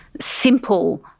simple